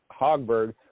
Hogberg